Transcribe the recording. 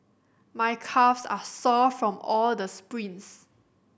my calves are sore from all the sprints